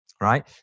right